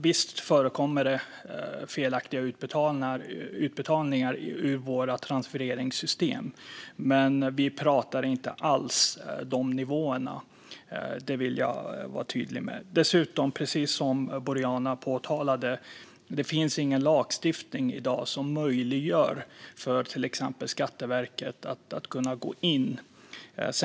Visst förekommer felaktiga utbetalningar ur våra transfereringssystem, men vi pratar inte alls om sådana nivåer. Det vill jag vara tydlig med. Dessutom finns det ingen lagstiftning som möjliggör för till exempel Skatteverket att gå in hos folk, vilket Boriana Åberg också påpekade.